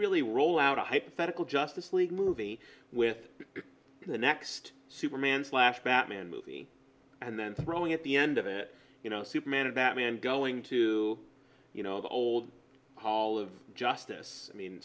really roll out a hypothetical justice league movie with the next superman's last batman movie and then throwing at the end of it you know superman or batman going to you know the old hall of justice i mean